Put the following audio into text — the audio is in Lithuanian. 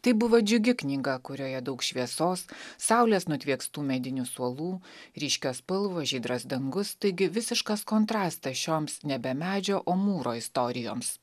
tai buvo džiugi knyga kurioje daug šviesos saulės nutviekstų medinių suolų ryškios spalvos žydras dangus taigi visiškas kontrastas šioms nebe medžio o mūro istorijoms